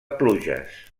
pluges